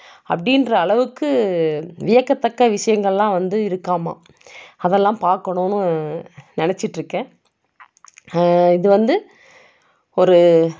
அப்படின்ற அளவுக்கு வியக்கத்தக்க விஷயங்களெலாம் வந்து இருக்காம் அதெல்லாம் பார்க்கணுன்னு நினச்சிட்ருக்கேன் இது வந்து ஒரு